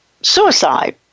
suicide